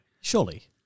Surely